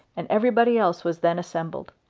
and everybody else was then assembled.